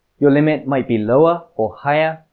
your limit might be lower or higher,